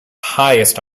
highest